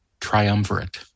triumvirate